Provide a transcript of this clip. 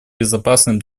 безопасным